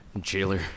Jailer